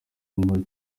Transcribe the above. ababaye